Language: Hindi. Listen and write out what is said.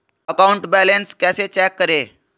अकाउंट बैलेंस कैसे चेक करें?